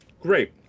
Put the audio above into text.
Great